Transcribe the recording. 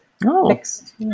next